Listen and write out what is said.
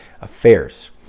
affairs